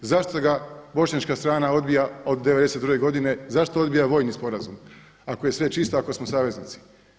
Zašto ga bošnjačka strana odbija od '92. godine, zašto odbija vojni sporazum, ako je sve čisto i ako smo saveznici?